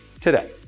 today